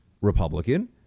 republican